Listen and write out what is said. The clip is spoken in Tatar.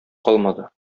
калмады